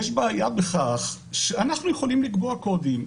אנחנו יכולים לקבוע קודם.